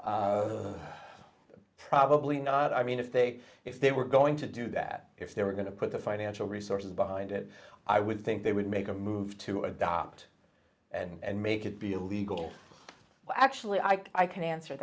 probably not i mean if they if they were going to do that if they were going to put the financial resources behind it i would think they would make a move to adopt and make it be a legal well actually i can answer